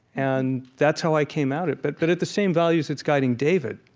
and that's how i came at it, but but at the same values that's guiding david